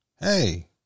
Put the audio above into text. hey